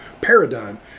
paradigm